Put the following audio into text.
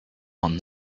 one